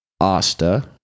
asta